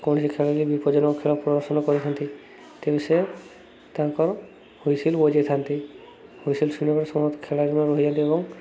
କୌଣସି ଖେଳାଳି ବିପଦଜନକ ଖେଳ ପ୍ରଦର୍ଶନ କରିଥାନ୍ତି ତେବେ ସେ ତାଙ୍କର ହୁଇସିଲ୍ ବଜେଇଥାନ୍ତି ହୁଇସିଲ୍ ଶୁଣିବା ସମସ୍ତ ଖେଳାଳିମାନ ରହି ଯାଆନ୍ତି ଏବଂ